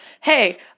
hey